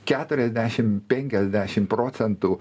keturiasdešim penkiasdešim procentų